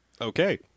Okay